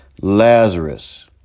Lazarus